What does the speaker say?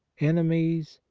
enemies,